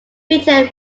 peter